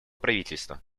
правительства